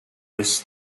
lists